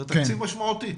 זה תקציב משמעותי.